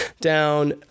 down